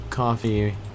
coffee